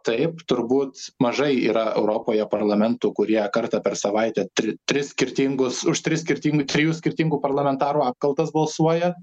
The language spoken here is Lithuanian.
taip turbūt mažai yra europoje parlamentų kurie kartą per savaitę tri tris skirtingus už tris skirtingų trijų skirtingų parlamentarų apkaltas balsuoja